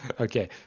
Okay